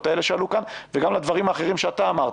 האלה שעלו כאן וגם לדברים אחרים שאתה אמרת,